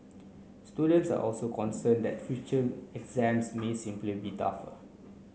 students are also concerned that future exams may simply be tougher